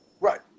right